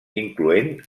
incloent